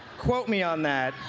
quote me on that.